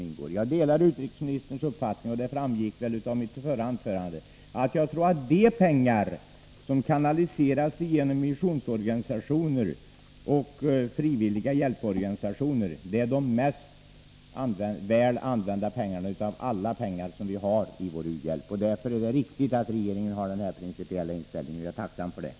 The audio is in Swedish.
Jag delar utrikesministerns uppfattning — det framgick av mitt anförande — att de pengar som kanaliseras genom missionsorganisationer och frivilliga hjälporganisationer är de mest väl använda pengarna av alla pengar som förekommer i vår u-hjälp. Därför är det viktigt att regeringen har denna principiella inställning, och jag är tacksam för den.